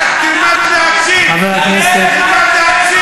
אתה תלך הביתה, נראה לך את הדרך הביתה.